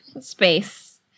space